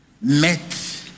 met